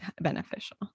beneficial